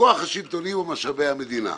בכוח השלטוני ובמשאבי המדינה".